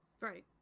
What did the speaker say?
right